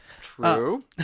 True